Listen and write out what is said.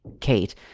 Kate